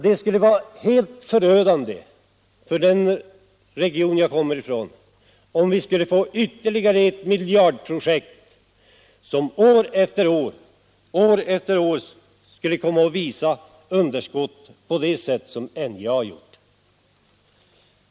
Det skulle vara helt förödande för den region jag kommer ifrån, om vi skulle få ytterligare ett miljardprojekt som år efter år skulle komma att visa underskott på det sätt som NJA har gjort.